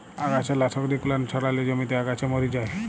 আগাছা লাশক জেগুলান ছড়ালে জমিতে আগাছা ম্যরে যায়